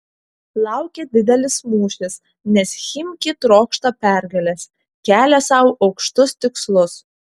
laukia didelis mūšis nes chimki trokšta pergalės kelia sau aukštus tikslus